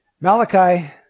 Malachi